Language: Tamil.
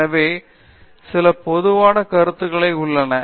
எனவே சில பொதுவான கருத்துகள் உள்ளன